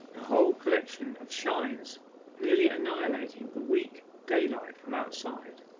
the whole collection of shines nearly annihilating the weak daylight from outside.